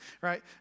Right